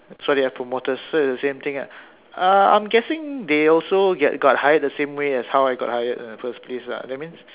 so they have promoters so it's the same thing lah uh I'm guessing they also get got hired the same way as how I got hired in the first place lah that means